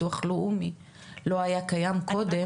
המוסד לביטוח לאומי לא היה קיים כבר קודם?